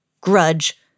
grudge